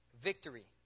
victory